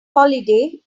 holiday